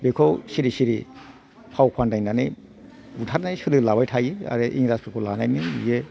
बेखौ सिरि सिरि फाव फान्दायनानै बुथारनाय सोलो लाबाय थायो आरो इंराजफोरखौ लानानै बियो